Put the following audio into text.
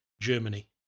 Germany